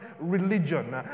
religion